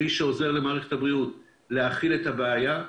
כלי שעוזר למערכת הבריאות להכיל את הבעיה.